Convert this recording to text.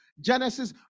Genesis